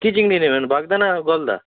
কী চিংড়ি নেবেন বাগদা না গলদা